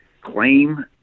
claim